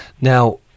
Now